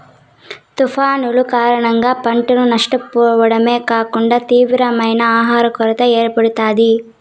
తుఫానులు కారణంగా పంటను నష్టపోవడమే కాకుండా తీవ్రమైన ఆహర కొరత ఏర్పడుతాది